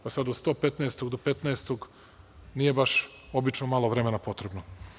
Pa, sad od 115 do 15 nije baš obično malo vremena potrebno.